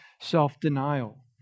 self-denial